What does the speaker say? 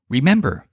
Remember